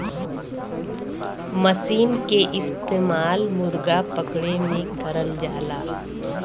मसीन के इस्तेमाल मुरगा पकड़े में करल जाला